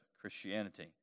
Christianity